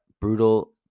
Brutal